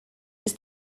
ist